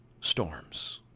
storms